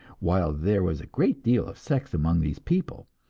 while there was a great deal of sex among these people,